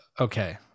okay